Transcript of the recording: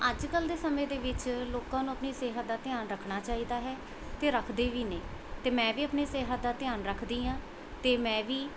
ਅੱਜ ਕੱਲ੍ਹ ਦੇ ਸਮੇਂ ਦੇ ਵਿੱਚ ਲੋਕਾਂ ਨੂੰ ਆਪਣੀ ਸਿਹਤ ਦਾ ਧਿਆਨ ਰੱਖਣਾ ਚਾਹੀਦਾ ਹੈ ਅਤੇ ਰੱਖਦੇ ਵੀ ਨੇ ਅਤੇ ਮੈਂ ਵੀ ਆਪਣੀ ਸਿਹਤ ਦਾ ਧਿਆਨ ਰੱਖਦੀ ਹਾਂ ਅਤੇ ਮੈਂ ਵੀ